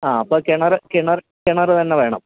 ആ അപ്പോൾ കിണർ കിണർ കിണർ തന്നെ വേണം